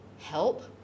Help